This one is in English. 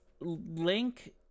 Link